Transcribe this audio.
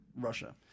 Russia